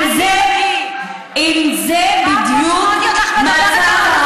אם זה בדיוק מצב,